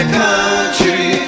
country